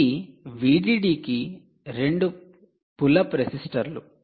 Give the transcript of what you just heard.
ఇవి 'VDD' కి 2 pull up రెసిస్టర్లు